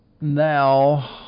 now